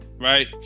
right